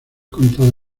contada